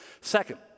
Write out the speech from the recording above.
Second